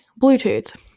Bluetooth